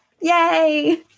Yay